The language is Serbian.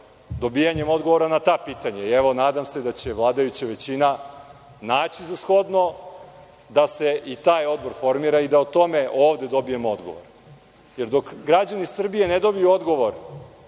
dobijanjem odgovora na ta pitanja. Evo, nadam se da će vladajuća većina naći za shodno da se i taj odbor formira i da o tome ovde dobijemo odgovor. Dok građani Srbije ne dobiju odgovor